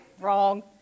Wrong